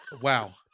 Wow